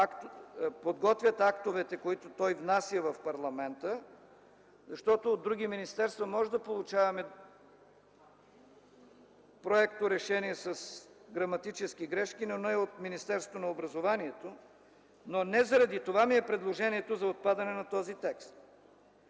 подготвят актовете, които той внася в парламента, защото от други министерства можем да получаваме проекторешения с граматически грешки, но не и от Министерството на образованието. Но не заради това ми е предложението за отпадане на този текст.